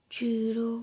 zero